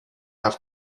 have